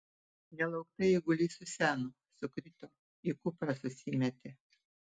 nelauktai eigulys suseno sukrito į kuprą susimetė